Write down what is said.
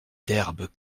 d’herbes